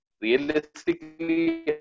realistically